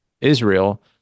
Israel